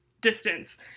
distance